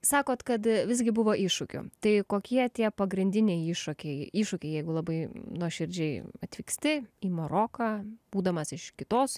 sakot kad visgi buvo iššūkių tai kokie tie pagrindiniai iššūkiai iššūkiai jeigu labai nuoširdžiai atvyksti į maroką būdamas iš kitos